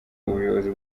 ubuyobozi